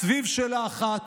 סביב שאלה אחת,